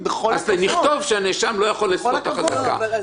צריך לתת איזושהי תקופה בעבירות חמורות.